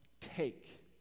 take